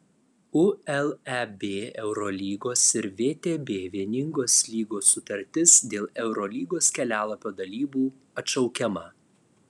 uleb eurolygos ir vtb vieningos lygos sutartis dėl eurolygos kelialapio dalybų atšaukiama